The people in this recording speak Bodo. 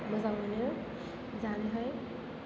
मोजां मोनो जानोहाय